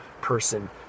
person